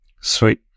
Sweet